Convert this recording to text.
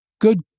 good